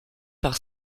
par